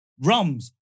Rums